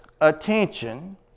attention